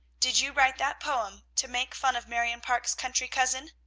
did you write that poem to make fun of marion parke's country cousin?